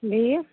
بیٚیہِ